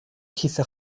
کیسه